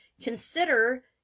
consider